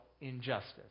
injustice